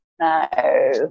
No